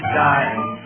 dying